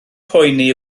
poeni